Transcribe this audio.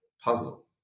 puzzle